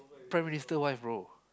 Prime Minister wife bro